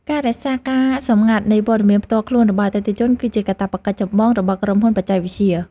ការរក្សាការសម្ងាត់នៃព័ត៌មានផ្ទាល់ខ្លួនរបស់អតិថិជន គឺជាកាតព្វកិច្ចចម្បងរបស់ក្រុមហ៊ុនបច្ចេកវិទ្យា។